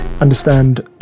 understand